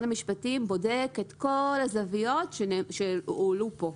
המשפטים בודק את כל הזוויות שהועלו כאן.